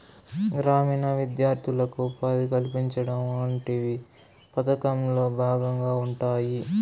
గ్రామీణ విద్యార్థులకు ఉపాధి కల్పించడం వంటివి పథకంలో భాగంగా ఉంటాయి